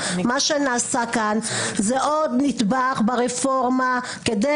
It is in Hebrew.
מה שנעשה כאן זה עוד נדבך ברפורמה כדי